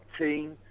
team